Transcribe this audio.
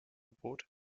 boot